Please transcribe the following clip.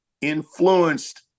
influenced